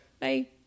bye